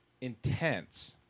intense